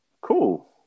cool